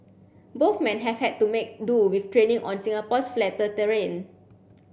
both men have had to make do with training on Singapore's flatter terrain